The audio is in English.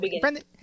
Brendan